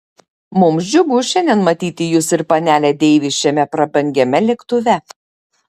mums džiugu šiandien matyti jus ir panelę deivis šiame prabangiame lėktuve